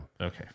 Okay